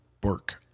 Burke